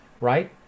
right